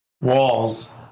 walls